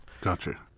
Gotcha